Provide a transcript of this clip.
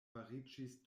fariĝis